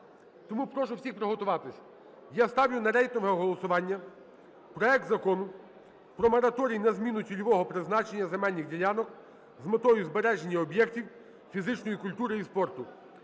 Тому прошу всіх приготуватись. Я ставлю на рейтингове голосування проект Закону про мораторій на зміну цільового призначення земельних ділянок з метою збереження об'єктів фізичної культури і спорту